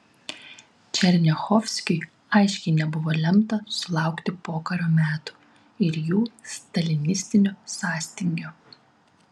černiachovskiui aiškiai nebuvo lemta sulaukti pokario metų ir jų stalinistinio sąstingio